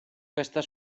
questa